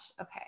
Okay